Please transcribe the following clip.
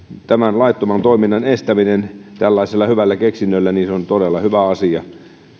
tämän laittoman toiminnan estäminen tällaisella hyvällä keksinnöllä on todella hyvä asia